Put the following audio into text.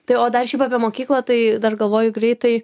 tai o dar šiaip apie mokyklą tai dar galvoju greitai